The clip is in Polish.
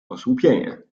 osłupienie